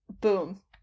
boom